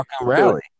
rally